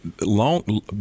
long